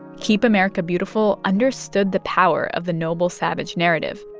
keep america beautiful understood the power of the noble savage narrative,